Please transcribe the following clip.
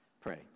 pray